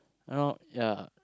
you know ya